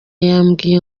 yambwiye